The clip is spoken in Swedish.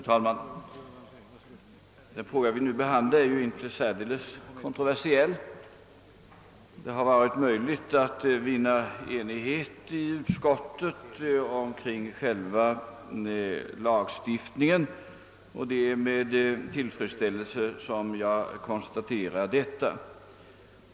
Herr talman! Den fråga vi nu behandlar är ju inte särdeles kontroversiell. Det har varit möjligt att vinna enighet i utskottet kring själva lagstiftningen — det är med tillfredsställelse som jag konstaterar detta.